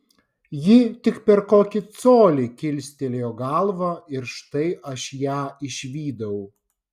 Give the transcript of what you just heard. ji tik per kokį colį kilstelėjo galvą ir štai aš ją išvydau